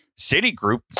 Citigroup